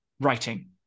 writing